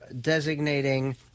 designating